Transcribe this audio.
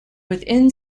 within